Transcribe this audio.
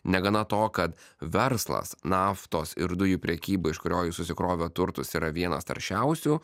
negana to kad verslas naftos ir dujų prekyba iš kurio jis susikrovė turtus yra vienas taršiausių